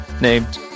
named